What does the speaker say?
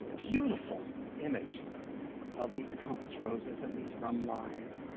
beautiful image of these compass roses and these rum lines.